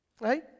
right